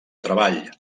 treball